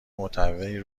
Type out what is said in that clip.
متنوعی